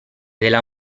della